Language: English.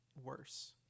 worse